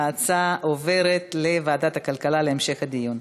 ההצעה עוברת לוועדת הכלכלה להמשך הדיון.